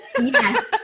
yes